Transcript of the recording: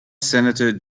senator